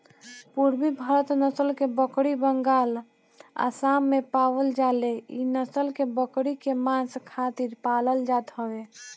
पुरबी भारत नसल के बकरी बंगाल, आसाम में पावल जाले इ नसल के बकरी के मांस खातिर पालल जात हवे